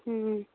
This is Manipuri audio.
ꯎꯝ